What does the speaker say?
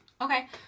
Okay